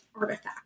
artifact